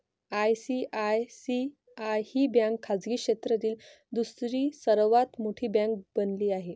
ICICI ही bank खाजगी क्षेत्रातील दुसरी सर्वात मोठी बँक बनली आहे